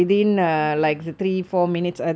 ah ya